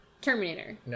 Terminator